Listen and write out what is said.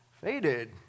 faded